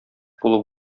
булып